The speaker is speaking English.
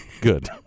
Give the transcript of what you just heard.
Good